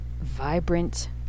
vibrant